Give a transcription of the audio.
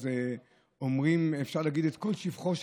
אז אפשר להגיד את כל שבחו.